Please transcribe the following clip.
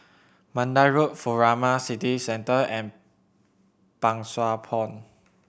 Mandai Road Furama City Centre and Pang Sua Pond